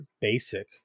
basic